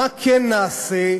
מה כן נעשה,